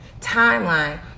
timeline